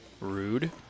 Rude